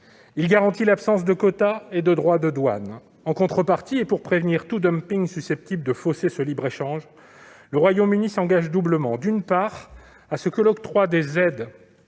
il garantit l'absence de quotas et de droits de douane. En contrepartie, pour prévenir tout dumping susceptible de fausser ce libre-échange, le Royaume-Uni s'engage doublement, d'une part, à ce que l'octroi des aides